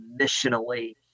missionally